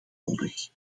nodig